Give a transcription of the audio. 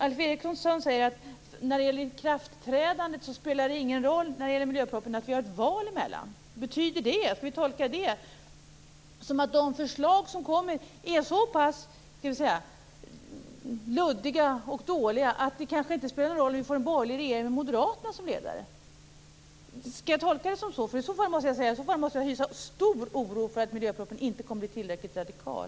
Alf Eriksson säger när det gäller ikraftträdandet av förslagen i miljöpropositionen att det inte spelar någon roll att vi har ett val emellan. Skall vi tolka det som att de förslag som kommer är så pass luddiga och dåliga att det kanske inte spelar någon roll att vi får en borgerlig regering med Moderaterna som ledare? Skall jag tolka det så? I så fall måste jag hysa stor oro för att miljöpropositionen inte kommer att bli tillräckligt radikal.